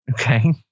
Okay